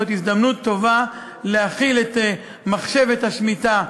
זאת הזדמנות טובה להחיל את מחשבת השמיטה,